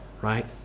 right